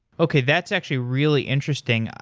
okay, that's actually really interesting.